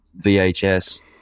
vhs